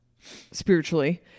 spiritually